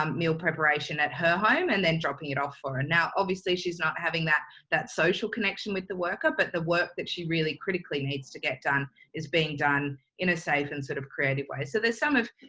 um meal preparation at her home and then dropping it off for her. now, obviously, she's not having that that social connection with the worker, but the work that she really critically needs to get done is being done in a safe and sort of creative way. so there's some of